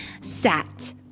sat